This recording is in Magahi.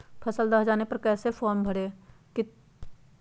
फसल दह जाने पर कैसे फॉर्म भरे?